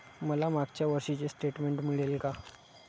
मला मागच्या वर्षीचे स्टेटमेंट मिळेल का?